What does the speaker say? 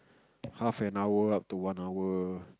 half an hour up to one hour